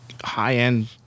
high-end